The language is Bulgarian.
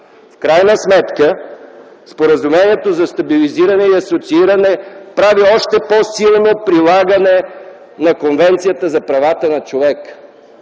В крайна сметка Споразумението за стабилизиране и асоцииране прави още по-силно прилагане на Конвенцията за правата на човека.